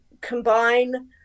combine